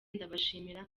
ndabashimira